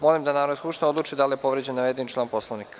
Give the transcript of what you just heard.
Molim da Narodna skupština odluči da li je povređen navedeni član poslovnika.